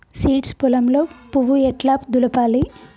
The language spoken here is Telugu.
సీడ్స్ పొలంలో పువ్వు ఎట్లా దులపాలి?